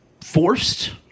forced